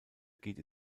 geht